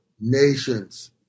nations